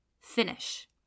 finish